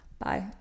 Bye